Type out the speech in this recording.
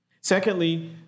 Secondly